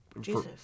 Jesus